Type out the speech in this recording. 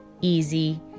easy